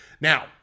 Now